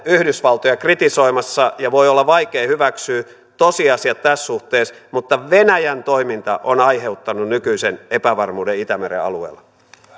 yhdysvaltoja kritisoimassa ja voi olla vaikea hyväksyä tosiasiat tässä suhteessa mutta venäjän toiminta on aiheuttanut nykyisen epävarmuuden itämeren alueella